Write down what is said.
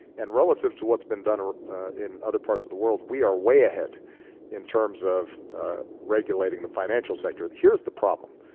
and relative to what's been done in other parts of the world, we are way ahead in terms of regulating the financial sector. here's the problem,